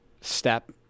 step